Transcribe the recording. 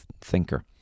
thinker